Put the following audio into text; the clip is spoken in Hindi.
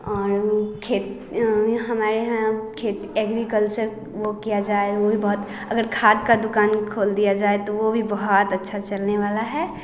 और खेत हमारे यहाँ खेती एग्रीकल्चर वो किया जाए वो भी बहुत अगर खाद का दुकान खोल दिया जाए तो वो भी बहुत अच्छा चलने वाला है